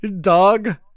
Dog